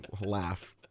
laugh